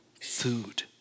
food